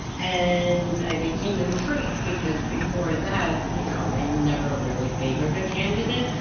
and i became intrigued, because before that you know they never really favored a candidate.